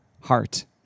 heart